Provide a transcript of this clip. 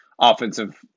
offensive